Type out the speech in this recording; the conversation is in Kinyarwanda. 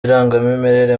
irangamimerere